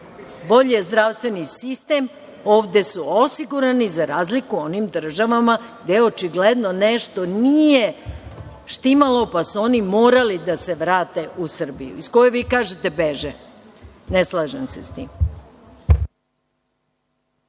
Bolji je zdravstveni sistem, ovde su osigurani, za razliku u onim državama gde očigledno nešto nije štimalo, pa su oni morali da se vrate u Srbiju, iz koje vi kažete beže. Ne slažem se s tim.